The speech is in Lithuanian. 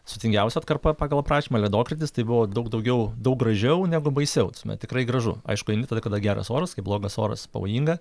sutingiausia atkarpa pagal aprašymą ledokrytis tai buvo daug daugiau daug gražiau negu baisiau na tikrai gražu aišku eini tada kada geras oras kai blogas oras pavojinga